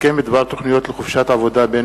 הסכם בדבר תוכניות לחופשת עבודה בין